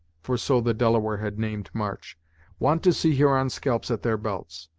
for so the delaware had named march want to see huron scalps at their belts,